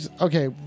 okay